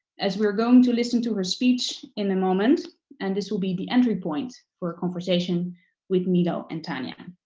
as we're going to listen to her speech in a moment and this will be the entry point for a conversation with milo and tania.